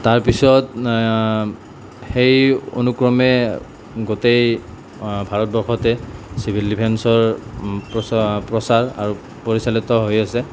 তাৰপিছত সেই অনুক্ৰমে গোটেই ভাৰতবৰ্ষতে চিভিল ডিফেন্সৰ প্ৰচাৰ প্ৰচাৰ আৰু পৰিচালিত হৈ আছে